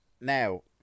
Now